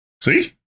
See